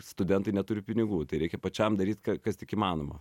studentai neturi pinigų tai reikia pačiam daryt ką kas tik įmanoma